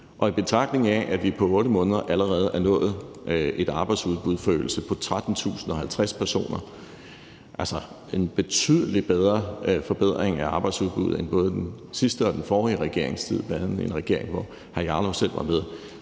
i betragtning af at vi på 8 måneder allerede har nået en arbejdsudbudsforøgelse på 13.050 personer – altså en betydelig større forbedring af arbejdsudbuddet end både i den sidste og den forrige regeringstid bl.a. med en regering, hvor hr. Rasmus Jarlov selv var med